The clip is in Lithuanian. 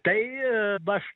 tai aš